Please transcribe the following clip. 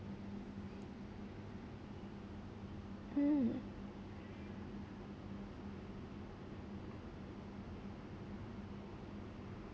mm